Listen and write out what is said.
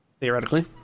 Theoretically